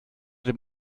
dem